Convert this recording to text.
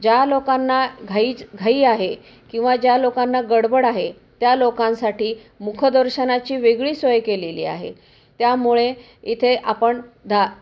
ज्या लोकांना घाईच घाई आहे किंवा ज्या लोकांना गडबड आहे त्या लोकांसाठी मुखदर्शनाची वेगळी सोय केलेली आहे त्यामुळे इथे आपण धा